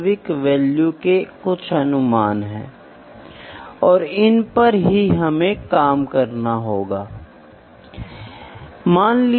तो इस मेजरमेंट को मेजरमेंट का एक्सपेरिमेंटल मेथड कहा जाता है